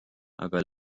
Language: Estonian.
aga